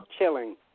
chilling